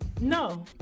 no